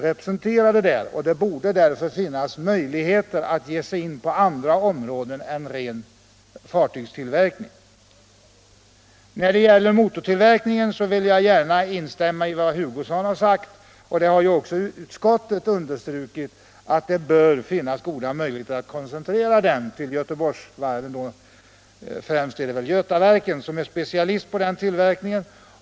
Därför borde det finnas möjligheter att gå in på andra områden än bara ren fartygstillverkning. Vad motortillverkningen beträffar instämmer jag gärna i det herr Hugosson anförde och utskottet också har understrukit, nämligen att det bör föreligga goda möjligheter att koncentrera den tillverkningen till Göteborgsvarven, främst då till Götaverken, där man är specialist på sådan tillverkning.